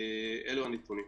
אלו הנתונים.